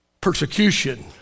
Persecution